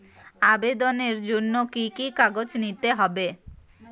আবেদনের জন্য কি কি কাগজ নিতে হবে?